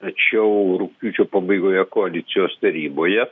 tačiau rugpjūčio pabaigoje koalicijos taryboje